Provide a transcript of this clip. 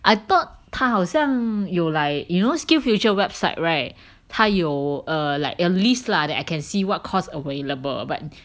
I thought 他好像有 like you know SkillsFuture website right 他有 err like a list lah that I can see what course available but